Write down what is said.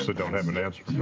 so don't have an answer